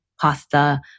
pasta